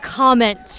comment